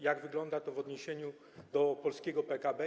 Jak wygląda to w odniesieniu do polskiego PKB?